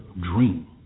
dream